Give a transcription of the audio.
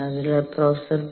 അതിനാൽ professor P